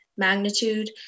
Magnitude